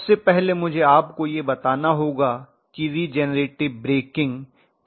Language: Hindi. सबसे पहले मुझे आपको यह बताना होगा कि रिजेनरेटिव ब्रेकिंग क्या है